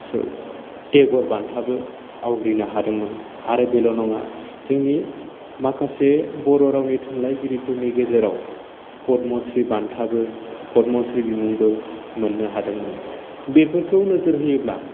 सो टेगर बान्थाबो आवग्रिनो हादोंमोन आरो बेल' नङा जोंनि माखासे बर' रावनि थुनलाइगिरिफोरनि गेजेराव पदम'श्री बान्थाबो पदम'श्री बिबुंबो मोननो हादोंमोन बेफोरखौ नोजोर होयोब्ला